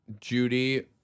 Judy